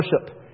worship